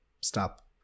stop